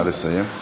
נא לסיים.